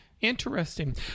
Interesting